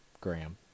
Graham